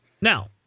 Now